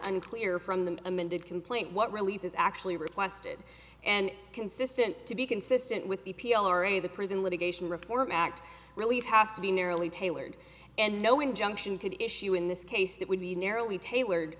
unclear from the amended complaint what relief is actually requested and consistent to be consistent with the p l o or any of the prison litigation reform act really it has to be narrowly tailored and no injunction could issue in this case that would be narrowly tailored